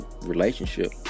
relationship